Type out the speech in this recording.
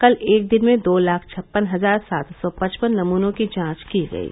कल एक दिन में दो लाख छप्पन हजार सात सौ पचपन नमूनों की जांच की गयी